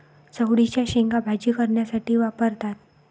चवळीच्या शेंगा भाजी करण्यासाठी वापरतात